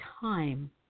time